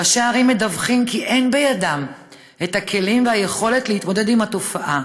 ראשי הערים מדווחים כי אין בידם את הכלים והיכולת להתמודד עם התופעה.